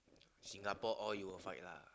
Singapore all you will fight lah